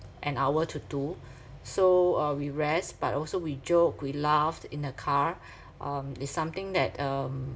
an hour to two so uh we rest but also we joke we laughed in the car um it's something that um